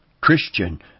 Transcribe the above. Christian